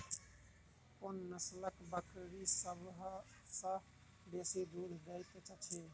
कोन नसलक बकरी सबसँ बेसी दूध देइत अछि?